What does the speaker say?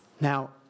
Now